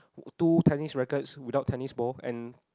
two tennis rackets without tennis ball and